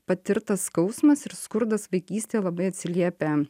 patirtas skausmas ir skurdas vaikystėje labai atsiliepia